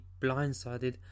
blindsided